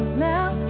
Now